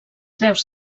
veus